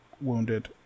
Wounded